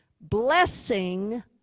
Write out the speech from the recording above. blessing